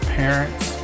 parents